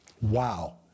Wow